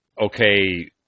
okay